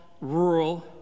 rural